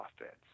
offense